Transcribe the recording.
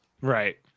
Right